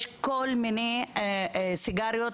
יש כל מיני סיגריות,